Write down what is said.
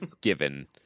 given